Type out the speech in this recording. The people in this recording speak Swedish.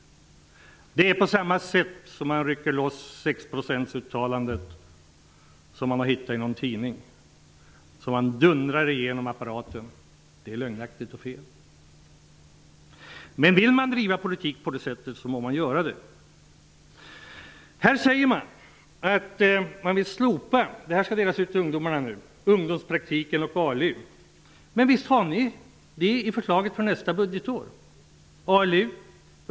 Man har gått till väga på samma sätt som den som rycker loss ett uttalande som man har hittat i någon tidning, så att det ger ett lögnaktigt intryck. Men vill man driva politik på det sättet må man göra det. Man säger i boken, som nu skall delas ut till ungdomarna, att man vill slopa ungdomspraktiken och ALU. Men ni har med detta i ert budgetförslag för nästa budgetår.